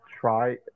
try